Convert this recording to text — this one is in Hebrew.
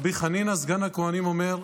"רבי חנינא סגן הכהנים אומר,